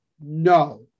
no